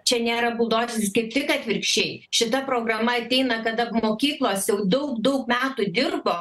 čia nėra buldozeris kaip tik atvirkščiai šita programa ateina kada mokyklos jau daug daug metų dirbo